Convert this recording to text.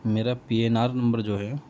میرا P N R نمبر جو ہے